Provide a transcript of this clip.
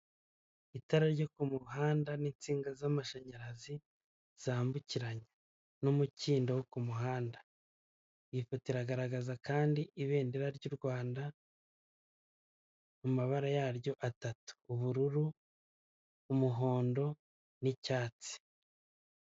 Itara ryo ku muhanda n'insinga z'amashanyarazi zambukiranya n'umukindo wo ku muhanda, iyi foto iragaragaza kandi ibendera ry'u Rwanda mu mabara yaryo atatu ubururu, umuhondo n'icyatsi.